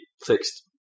fixed